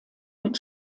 mit